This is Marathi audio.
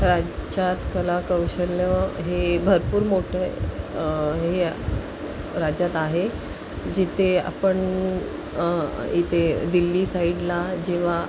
राज्यात कलाकौशल्य हे भरपूर मोठं हे राज्यात आहे जिथे आपण इथे दिल्ली साईडला जेव्हा